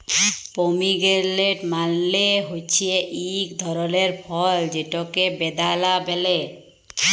pomegranate মালে হছে ইক ধরলের ফল যেটকে বেদালা ব্যলে